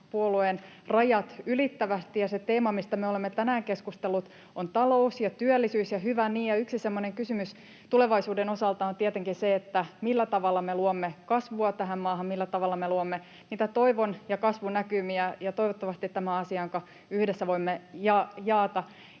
rajat ylittävästi. Se teema, mistä me olemme tänään keskustelleet, on talous ja työllisyys, ja hyvä niin. Yksi semmoinen kysymys tulevaisuuden osalta on tietenkin se, millä tavalla me luomme kasvua tähän maahan, millä tavalla me luomme niitä toivon ja kasvun näkymiä. Toivottavasti tämä on asia, jonka yhdessä voimme jakaa.